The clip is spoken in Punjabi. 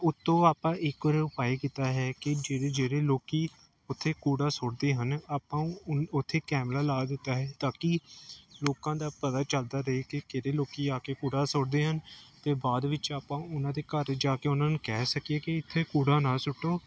ਉੱਤੋਂ ਆਪਾਂ ਇੱਕ ਹੋਰ ਉਪਾਅ ਕੀਤਾ ਹੈ ਕਿ ਜਿਹੜੇ ਜਿਹੜੇ ਲੋਕ ਉੱਥੇ ਕੂੜਾ ਸੁੱਟਦੇ ਹਨ ਆਪਾਂ ਉਨ ਉੱਥੇ ਕੈਮਰਾ ਲਾ ਦਿੱਤਾ ਹੈ ਤਾਂ ਕਿ ਲੋਕਾਂ ਦਾ ਪਤਾ ਚੱਲਦਾ ਰਹੇ ਕਿ ਕਿਹੜੇ ਲੋਕ ਆ ਕੇ ਕੂੜਾ ਸੁੱਟਦੇ ਹਨ ਅਤੇ ਬਾਅਦ ਵਿੱਚ ਆਪਾਂ ਉਹਨਾਂ ਦੇ ਘਰ ਜਾ ਕੇ ਉਹਨਾਂ ਨੂੰ ਕਹਿ ਸਕੀਏ ਕਿ ਇੱਥੇ ਕੂੜਾ ਨਾ ਸੁੱਟੋ